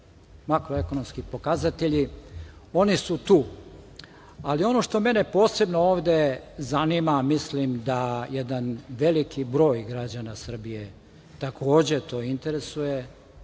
makroekonomski pokazatelji, oni su tu. Ono što mene ovde posebno zanima, mislim da jedan veliki broj građana Srbije takođe to interesuje,